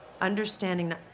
understanding